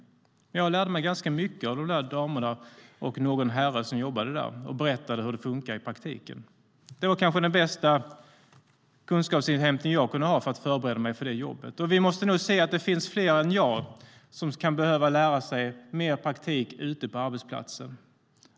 Jag lärde mig ganska mycket av de damerna och någon herre som jobbade där och berättade hur det fungerade i praktiken. Det var kanske den bästa kunskapsinhämtning jag kunde ha för att förbereda mig för det jobbet. Vi måste nog se att det finns fler än jag som kan behöva lära sig mer praktik ute på arbetsplatsen.